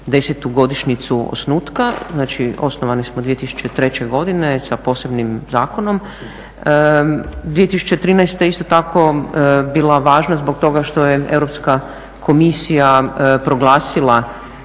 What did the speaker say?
desetu godišnjicu osnutka. Znači osnovani smo 2003. godine sa posebnim zakonom. 2013. je isto tako bila važna zbog toga što je Europska komisija proglasila